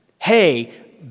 hey